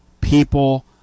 people